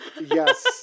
Yes